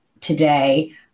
today